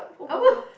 apa